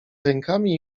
rękami